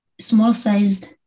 small-sized